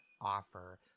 offer